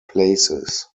places